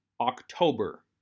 October